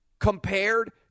compared